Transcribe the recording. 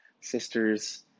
Sisters